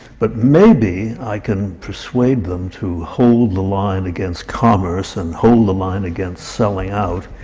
but maybe i can persuade them to hold the line against commerce and hold the line against selling out.